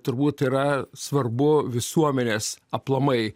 turbūt yra svarbu visuomenės aplamai